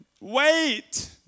wait